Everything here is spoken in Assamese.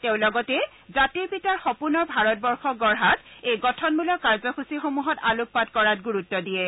তেওঁ লগতে জাতিৰ পিতাৰ সপোনৰ ভাৰতবৰ্ষ গঢ়াত এই গঠনমূলক কাৰ্যসূচীসমূহত আলোকপাত কৰাত গুৰুত্ব দিয়ে